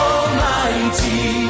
Almighty